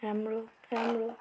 राम्रो राम्रो